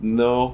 no